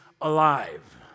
alive